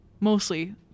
Mostly